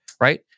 right